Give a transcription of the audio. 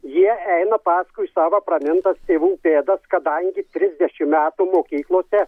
jie eina paskui savo pramintas tėvų pėdas kadangi trisdešim metų mokyklose